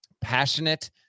passionate